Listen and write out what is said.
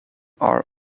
are